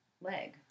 leg